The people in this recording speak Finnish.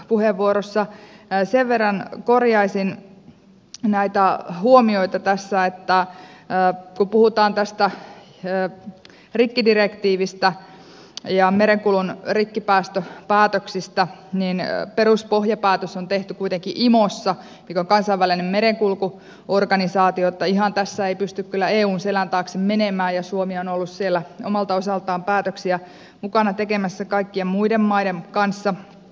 edustaja jalonen sen verran korjaisin näitä huomioita tässä perussuomalaisten puheenvuorossa että kun puhutaan rikkidirektiivistä ja merenkulun rikkipäästöpäätöksistä niin peruspohjapäätös on kuitenkin tehty imossa joka on kansainvälinen merenkulkuorganisaatio niin että ihan tässä ei pysty kyllä eun selän taakse menemään ja suomi on ollut siellä omalta osaltaan mukana päätöksiä tekemässä kaikkien muiden maiden kanssa